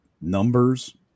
numbers